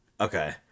okay